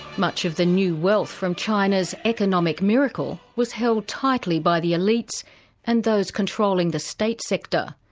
much of the new wealth from china's economic miracle was held tightly by the elites and those controlling the state sector.